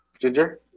Ginger